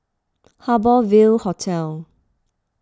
Harbour Ville Hotel